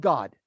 God